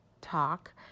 talk